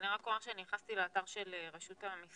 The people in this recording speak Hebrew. ואני רק אומר שאני נכנסתי לאתר של רשות המסים,